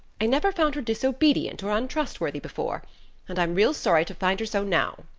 i never found her disobedient or untrustworthy before and i'm real sorry to find her so now,